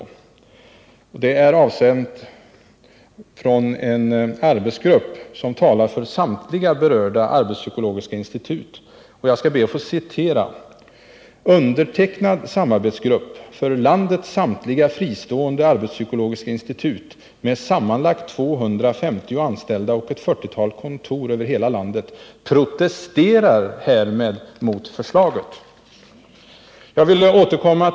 Det är avsänt av en arbetsgrupp som talar för samtliga arbetspsykologiska institut, och jag skall be att få citera: ”Undertecknad samarbetsgrupp för landets samtliga fristående arbetspsykologiska institut med sammanlagt 250 anställda och ett 40-tal kontor över hela landet, protesterar härmed mot förslaget.” Herr talman!